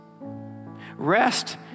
Rest